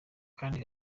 kandi